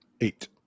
Eight